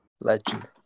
Legend